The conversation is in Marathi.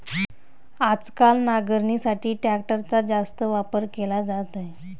आजकाल नांगरणीसाठी ट्रॅक्टरचा जास्त वापर केला जात आहे